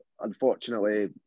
unfortunately